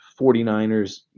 49ers